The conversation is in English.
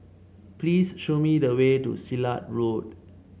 please show me the way to Silat Road